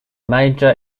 major